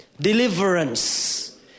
Deliverance